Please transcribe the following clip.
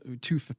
two